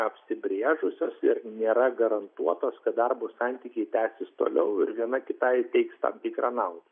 apsibrėžusios ir nėra garantuotos kad darbo santykiai tęsis toliau ir viena kitai teiks tam tikrą naudą